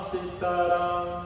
Sitaram